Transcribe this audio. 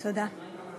תודה.